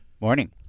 morning